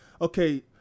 okay